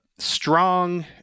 strong